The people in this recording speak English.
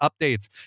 updates